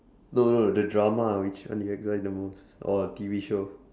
no no the drama which one did you enjoy the most or T_V show